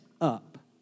up